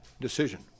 decision